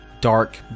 dark